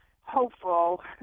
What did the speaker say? hopeful